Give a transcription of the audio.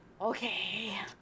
Okay